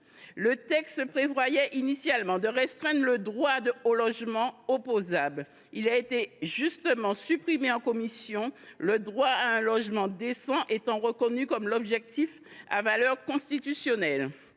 Le texte prévoyait initialement de restreindre le droit au logement opposable : cette mesure a été justement supprimée en commission, le droit à un logement décent étant reconnu comme objectif à valeur constitutionnelle.